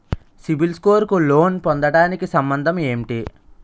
CIBIL score కు loan పొందటానికి సంబంధం ఏంటి?